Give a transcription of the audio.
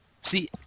see